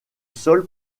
sol